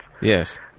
Yes